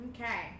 Okay